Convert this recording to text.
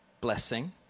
blessing